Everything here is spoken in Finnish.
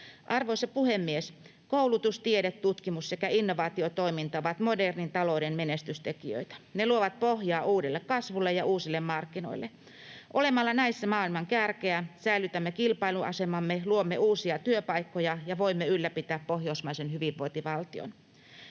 Arvoisa puhemies! Koulutus, tiede, tutkimus sekä innovaatiotoiminta ovat modernin talouden menestystekijöitä. Ne luovat pohjaa uudelle kasvulle ja uusille markkinoille. Olemalla näissä maailman kärkeä säilytämme kilpailuasemamme, luomme uusia työpaikkoja ja voimme ylläpitää pohjoismaisen hyvinvointivaltion.